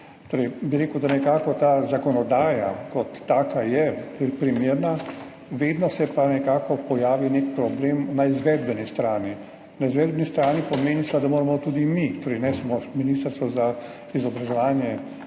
Torej bi rekel, da ta zakonodaja kot taka je primerna, vedno se pa nekako pojavi nek problem na izvedbeni strani. Na izvedbeni strani pomeni, seveda, da se moramo tudi mi, torej ne samo Ministrstvo za vzgojo